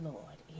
Lord